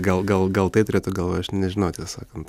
gal gal gal tai turėta galvoje aš nežinau tiesą sakant